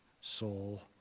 soul